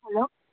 hello